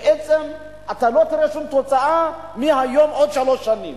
בעצם אתה לא תראה שום תוצאה מהיום עוד שלוש שנים.